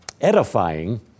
edifying